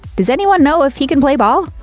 does anyone know if he can play ball?